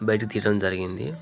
బయట తీయడం జరిగింది